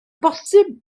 bosib